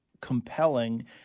compelling